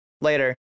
later